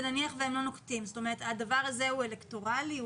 הדבר הזה הוא אלקטורלי?